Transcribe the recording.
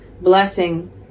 blessing